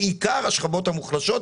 בעיקר השכבות המוחלשות.